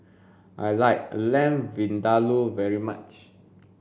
I like Lamb Vindaloo very much